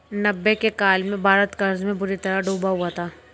नब्बे के काल में भारत कर्ज में बुरी तरह डूबा हुआ था